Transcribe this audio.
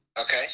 Okay